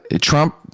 Trump